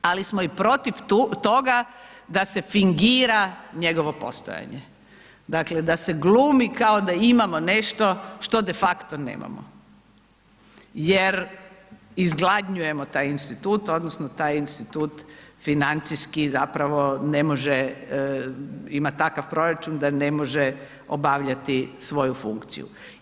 Ali smo i protiv toga da se fingira njegovo postojanje dakle, da se glumi kao da imamo nešto što de facto nemamo, jer izgladnjujemo taj institut odnosno taj institut financijski zapravo ne može, ima takav proračun da ne može obavljati svoju funkciju.